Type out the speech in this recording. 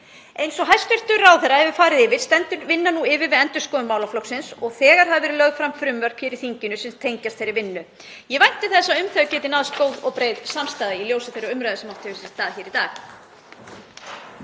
Eins og hæstv. ráðherra hefur farið yfir stendur nú yfir vinna við endurskoðun málaflokksins og þegar hafa verið lögð fram frumvörp í þinginu sem tengjast þeirri vinnu. Ég vænti þess að um þau geti náðst góð og breið samstaða í ljósi þeirrar umræðu sem átt hefur sér stað hér í dag.